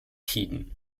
tiden